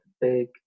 big